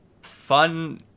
fun